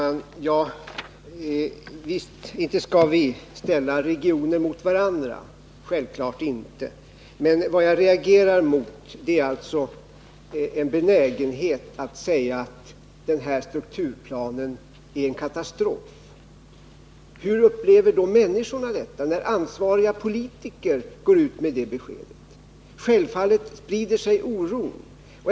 Herr talman! Självfallet skall vi inte ställa regioner mot varandra, men vad jag reagerar mot är en benägenhet att säga att den aktuella strukturplanen är en katastrof. Hur upplevs det av människorna när ansvariga politiker går ut med det beskedet? Självfallet sprider sig oron.